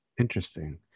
interesting